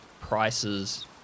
prices